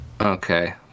Okay